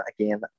again